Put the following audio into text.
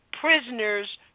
prisoners